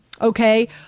okay